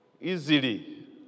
easily